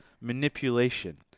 manipulation